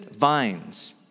vines